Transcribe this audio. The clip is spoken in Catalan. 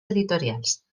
editorials